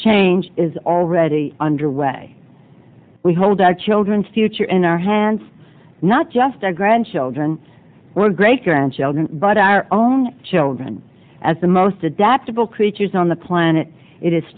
change is already underway we hold our children's future in our hands not just our grandchildren or great grandchildren but our own children as the most adaptable creatures on the planet it is